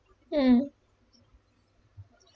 mm